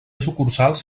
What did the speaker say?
sucursals